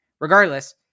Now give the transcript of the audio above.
regardless